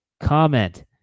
comment